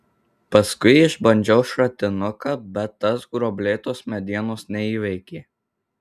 paskui išbandžiau šratinuką bet tas gruoblėtos medienos neįveikė